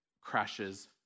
crashes